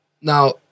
Now